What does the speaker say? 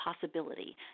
possibility